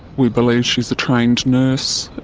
we believe she's a trained nurse.